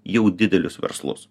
jau didelius verslus